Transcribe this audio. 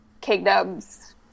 Kingdom's